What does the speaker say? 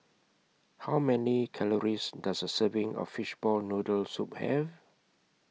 How Many Calories Does A Serving of Fishball Noodle Soup Have